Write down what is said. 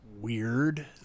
weird